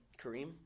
Kareem